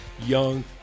young